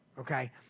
okay